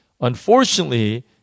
Unfortunately